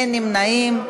אין נמנעים.